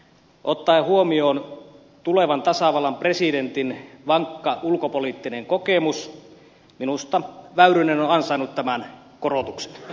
ottaen huomioon tulevan tasavallan presidentin vankka ulkopoliittinen kokemus minusta väyrynen on ansainnut tämän korotuksen